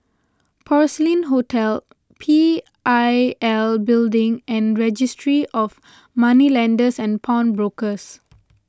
Porcelain Hotel P I L Building and Registry of Moneylenders and Pawnbrokers